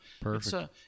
perfect